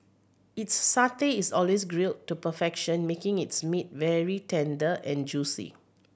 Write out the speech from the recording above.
its satay is always grilled to perfection making its meat very tender and juicy